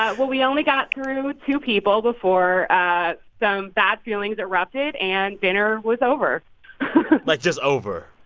ah well, we only got through two people before some bad feelings erupted and dinner was over like, just over?